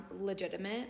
legitimate